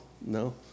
no